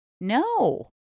no